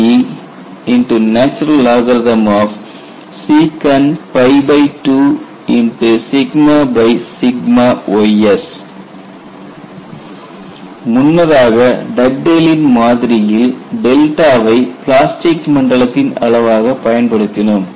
8aysEln sec2ys முன்னதாக டக்டேலின் மாதிரியில் Dugdales model வை பிளாஸ்டிக் மண்டலத்தின் அளவாகப் பயன்படுத்தினோம்